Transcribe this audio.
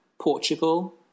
Portugal